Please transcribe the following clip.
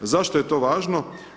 Zašto je to važno?